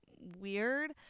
weird